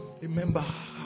Remember